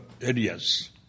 areas